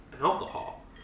alcohol